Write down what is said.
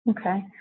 Okay